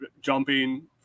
jumping